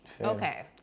okay